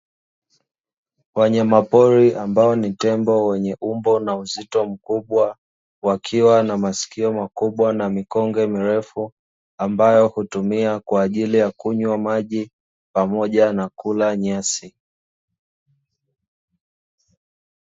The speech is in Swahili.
Wanyama pori ambao ni tembo wenye umbo na uzito mkubwa, wakiwa na masikio makubwa na mikonge mirefu, ambayo hutumia kwa ajili ya kunywa maji pamoja na kula nyasi.